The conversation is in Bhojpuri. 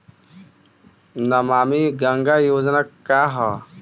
नमामि गंगा योजना का ह?